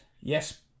Yes